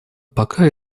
пока